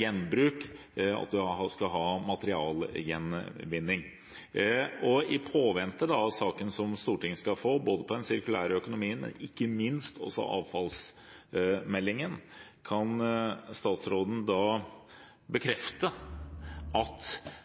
gjenbruk og materialgjenvinning. I påvente av saken som Stortinget skal få om den sirkulære økonomien, og ikke minst avfallsmeldingen, kan statsråden